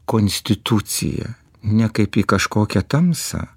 konstituciją ne kaip į kažkokią tamsą